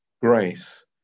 grace